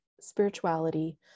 spirituality